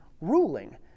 ruling